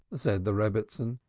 said the rebbitzin.